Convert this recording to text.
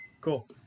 Cool